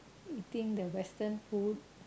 eating the western food